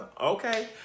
Okay